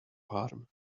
harm